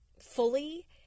fully